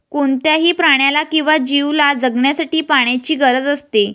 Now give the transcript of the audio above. कोणत्याही प्राण्याला किंवा जीवला जगण्यासाठी पाण्याची गरज असते